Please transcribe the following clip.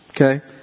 Okay